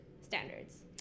standards